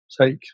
take